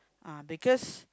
uh because